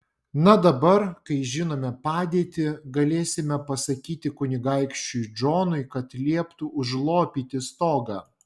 na dabar kai žinome padėtį galėsime pasakyti kunigaikščiui džonui kad lieptų užlopyti stogą